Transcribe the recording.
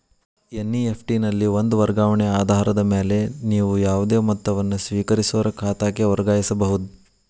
NEFT ನಲ್ಲಿ ಒಂದ ವರ್ಗಾವಣೆ ಆಧಾರದ ಮ್ಯಾಲೆ ನೇವು ಯಾವುದೇ ಮೊತ್ತವನ್ನ ಸ್ವೇಕರಿಸೋರ್ ಖಾತಾಕ್ಕ ವರ್ಗಾಯಿಸಬಹುದ್